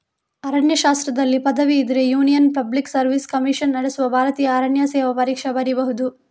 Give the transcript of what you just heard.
ಅರಣ್ಯಶಾಸ್ತ್ರದಲ್ಲಿ ಪದವಿ ಇದ್ರೆ Union Public Service Commission ನಡೆಸುವ ಭಾರತೀಯ ಅರಣ್ಯ ಸೇವೆ ಪರೀಕ್ಷೆ ಬರೀಬಹುದು